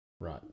Right